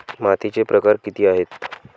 मातीचे प्रकार किती आहेत?